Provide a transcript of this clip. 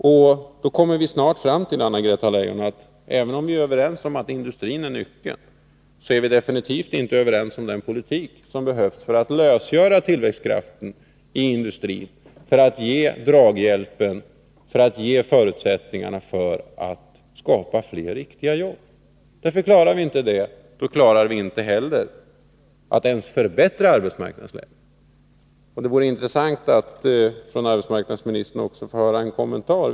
Även om vi är överens om, Anna-Greta Leijon, att industrin är nyckeln, så är vi definitivt inte överens om vilken politik som behövs för att lösgöra tillväxtkraften i industrin, för att ge draghjälp och förutsättningar för att skapa fler riktiga jobb. Klarar vi inte att åstadkomma detta, så klarar vi inte heller att ens förbättra arbetsmarknadsläget. Det vore intressant att från arbetsmarknadsministern få höra en kommentar.